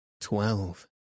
Twelve